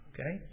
Okay